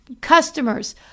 customers